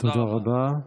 תודה רבה.